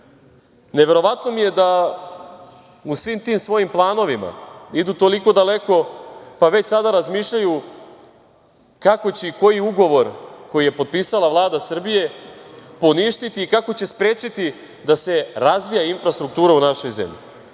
zemlji. Neverovatno mi je da u svim tim svojim planovima idu toliko daleko, pa već sada razmišljaju kako će i koji ugovor koji je potpisala Vlada Srbije poništiti i kako će sprečiti da se razvija infrastruktura u našoj zemlji. Mislim